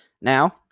Now